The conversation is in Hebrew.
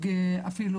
ייצוג אפילו,